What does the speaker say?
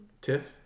Tip